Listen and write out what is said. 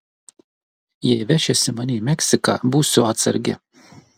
jei vešiesi mane į meksiką būsiu atsargi